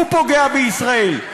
הוא פוגע בישראל,